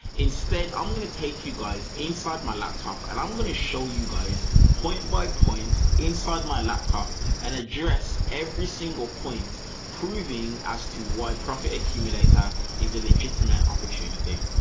instead, i'm going to take you guys inside my laptop, and i'm going to show you guys point by point insulin, my laptop, and address every single point proving as to why profit accumulator is a legitimate opportunity.